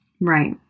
right